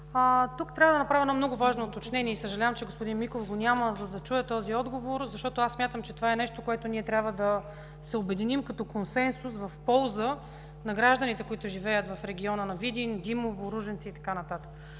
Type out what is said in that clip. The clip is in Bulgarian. Трябва да направя едно много важно уточнение и съжалявам, че господин Миков го няма, за да чуе този отговор, защото аз смятам, че това е нещо, около което трябва да се обединим като консенсус в полза на гражданите, които живеят в региона на Видин, Димово, Ружинци и така